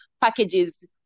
packages